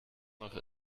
noch